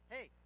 Hey